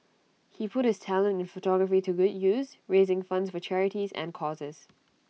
he put his talent in photography to good use raising funds for charities and causes